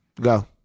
Go